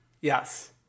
Yes